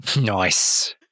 Nice